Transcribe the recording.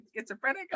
schizophrenic